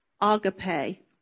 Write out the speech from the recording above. agape